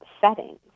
settings